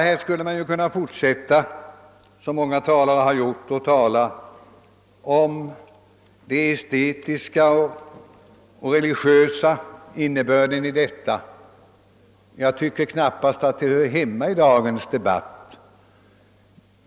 Här skulle man kunna forsätta som många talare har gjort och tala om den estetiska och religiösa innebörden. Jag tycker knappast att detta hör hemma i dagens debatt.